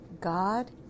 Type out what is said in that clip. God